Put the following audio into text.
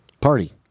party